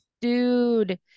dude